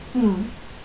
mm